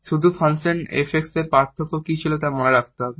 শুধু function f x এর পার্থক্য কি ছিল তা মনে রাখতে হবে